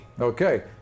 Okay